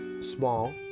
small